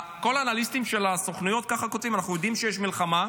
כל האנליסטים של הסוכנויות כותבים ככה: אנחנו יודעים שיש מלחמה,